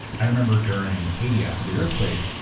i remember during haiti, after the earthquake,